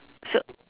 so